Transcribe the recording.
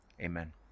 Amen